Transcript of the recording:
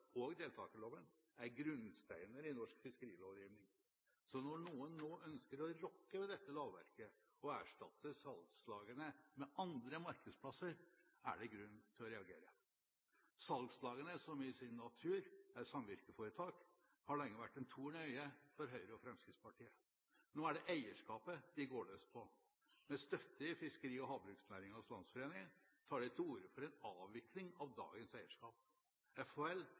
og deltakerloven er grunnsteiner i norsk fiskerilovgivning. Når noen nå ønsker å rokke ved dette lovverket og erstatte salgslagene med andre markedsplasser, er det grunn til å reagere. Salgslagene, som i sin natur er samvirkeforetak, har lenge vært en torn i øyet for Høyre og Fremskrittspartiet. Nå er det eierskapet de går løs på – med støtte i Fiskeri- og havbruksnæringens landsforening tar de til orde for en avvikling av dagens eierskap.